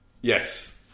Yes